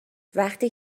وقتی